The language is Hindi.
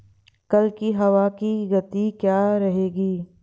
कल की हवा की गति क्या रहेगी?